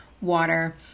water